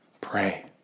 Pray